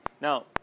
now